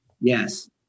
Yes